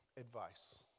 advice